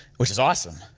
which is awesome.